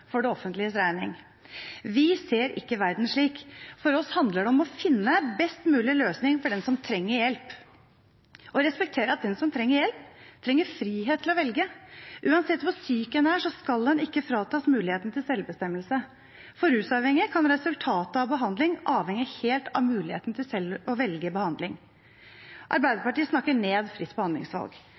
for det offentliges regning. Vi ser ikke verden slik. For oss handler det om å finne best mulig løsning for den som trenger hjelp, og respektere at den som trenger hjelp, trenger frihet til å velge. Uansett hvor syk en er, skal en ikke fratas muligheten til selvbestemmelse. For rusavhengige kan resultatet av behandling avhenge helt av muligheten til selv å velge behandling. Arbeiderpartiet snakker ned fritt behandlingsvalg.